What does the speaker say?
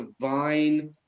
divine